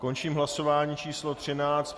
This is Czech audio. Končím hlasování číslo 13.